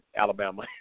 Alabama